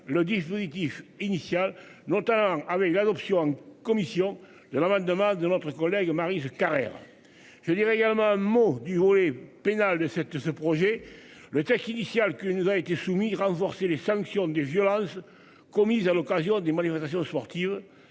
le dispositif initial, notamment avec l'adoption en commission de la manne de masse de notre collègue Maryse Carrère je dirais également un mot du volet pénal de cette ce projet. Le texte initial qui nous a été soumis, renforcer les sanctions des violences commises à l'occasion d'une manifestation sportive